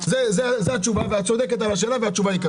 את צודקת על השאלה שלך וזו התשובה.